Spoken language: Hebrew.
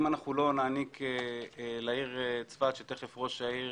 אם אנחנו לא נעניק לעיר צפת ותיכף ראש העיר